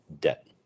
debt